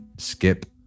skip